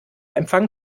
empfang